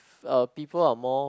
uh people are more